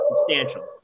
substantial